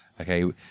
okay